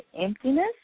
emptiness